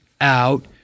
out